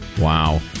Wow